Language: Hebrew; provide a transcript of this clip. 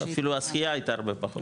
אפילו הזכייה הייתה הרבה פחות.